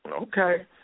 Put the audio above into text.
okay